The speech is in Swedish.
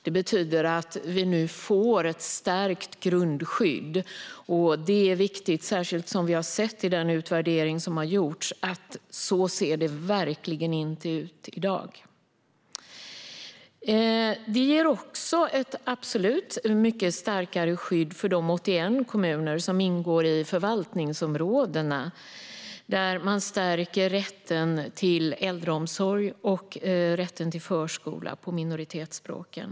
Detta betyder att vi nu får ett stärkt grundskydd. Det är viktigt, särskilt som vi har sett i den utvärdering som har gjorts att det verkligen inte ser ut så i dag. Detta ger också absolut ett mycket starkare skydd för de 81 kommuner som ingår i förvaltningsområdena, där man stärker rätten till äldreomsorg och förskola på minoritetsspråken.